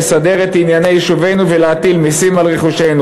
לסדר את ענייני יישובינו ולהטיל מסים על רכושנו,